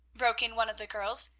broke in one of the girls.